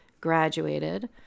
graduated